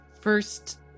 first